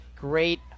Great